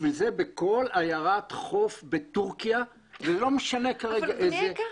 לשם כך בכל עיירת חוף בתורכיה, יש מרינה.